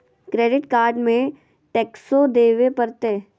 Credit card में टेक्सो देवे परते?